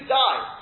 die